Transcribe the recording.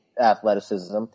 athleticism